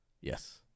yes